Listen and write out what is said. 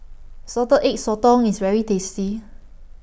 Salted Egg Sotong IS very tasty